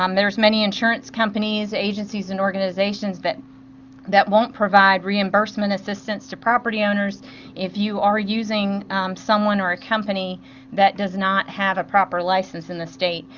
um there's many insurance companies, agencies and organizations, that that won't provide reimbursement assistance to property owners if you are using someone or a company that does not have a proper license in the state.